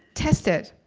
test it.